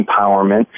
empowerment